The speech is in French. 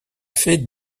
fait